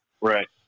Right